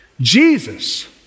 Jesus